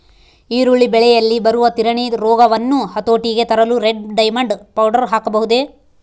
ಈರುಳ್ಳಿ ಬೆಳೆಯಲ್ಲಿ ಬರುವ ತಿರಣಿ ರೋಗವನ್ನು ಹತೋಟಿಗೆ ತರಲು ರೆಡ್ ಡೈಮಂಡ್ ಪೌಡರ್ ಹಾಕಬಹುದೇ?